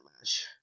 match